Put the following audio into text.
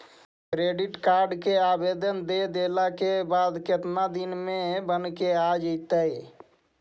Credit card के आवेदन दे देला के बाद केतना दिन में बनके आ जइतै?